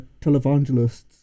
televangelists